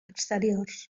exteriors